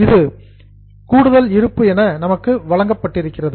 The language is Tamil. இது கூடுதல் இருப்பு என நமக்கு வழங்கப்பட்டிருக்கிறது